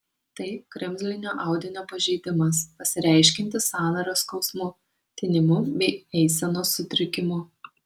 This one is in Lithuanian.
tai kremzlinio audinio pažeidimas pasireiškiantis sąnario skausmu tinimu bei eisenos sutrikimu